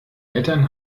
eltern